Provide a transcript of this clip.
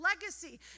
legacy